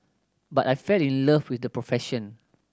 but I fell in love with the profession